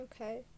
Okay